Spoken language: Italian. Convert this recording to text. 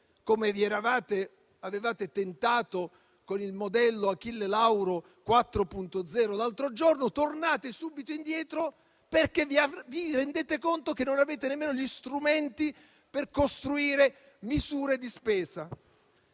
come avevate tentato con il modello Achille Lauro 4.0 l'altro giorno, tornate subito indietro perché vi rendete conto che non avete nemmeno gli strumenti per costruire misure di spesa.